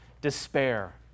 despair